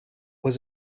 was